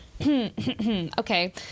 okay